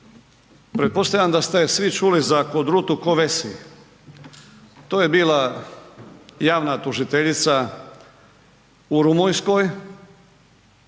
Pretpostavljam da ste svi čuli za Codrutu Kovesi, to je bila javna tužiteljica u Rumunjskoj